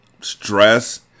Stress